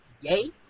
Yay